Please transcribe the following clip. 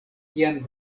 tian